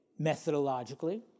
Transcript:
methodologically